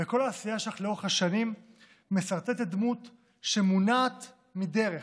וכל העשייה שלך לאורך השנים מסרטטת דמות שמונעת מדרך,